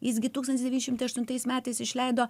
jis gi tūkstantis devyni šimtai aštuntais metais išleido